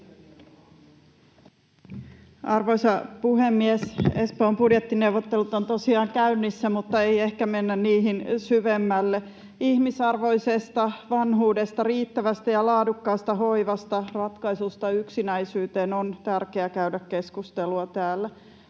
Arvoisa puhemies! Espoon budjettineuvottelut ovat tosiaan käynnissä, mutta ei ehkä mennä niihin syvemmälle. Ihmisarvoisesta vanhuudesta, riittävästä ja laadukkaasta hoivasta, ratkaisuista yksinäisyyteen on tärkeä käydä keskustelua täällä.